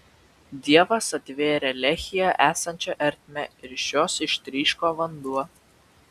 dievas atvėrė lehyje esančią ertmę ir iš jos ištryško vanduo